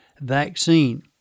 vaccine